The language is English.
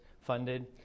funded